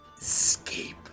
escape